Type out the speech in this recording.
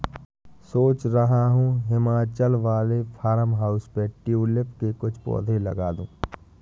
सोच रहा हूं हिमाचल वाले फार्म हाउस पे ट्यूलिप के कुछ पौधे लगा दूं